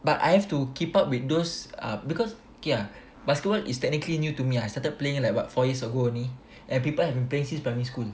but I have to keep up with those uh because yeah basketball is technically new to me I started playing like what four years ago only and people have been playing since primary school